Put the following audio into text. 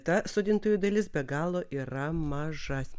ta sodintojų dalis be galo yra maža